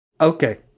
Okay